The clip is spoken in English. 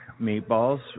meatballs